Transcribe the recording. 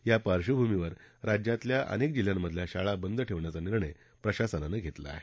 या पार्बभूमीवर राज्यातल्या अनेक जिल्ह्यातल्या शाळा बंद ठेवण्याचा निर्णय प्रशासनानं घेतला आहे